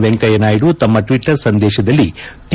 ವೆಂಕಯ್ಯ ನಾಯ್ದು ತಮ್ನ ಟ್ವಿಟರ್ ಸಂದೇಶದಲ್ಲಿ ಟಿ